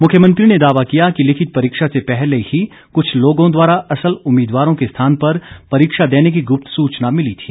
मुख्यमंत्री ने दावा किया कि लिखित परीक्षा से पहले ही कुछ लोगों द्वारा असल उम्मीदवारों के स्थान पर परीक्षा देने की गुप्त सूचना मिली थी